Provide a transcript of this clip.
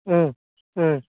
ও ও